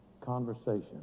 conversation